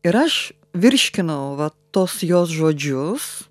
ir aš virškinau va tos jos žodžius